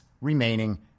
remaining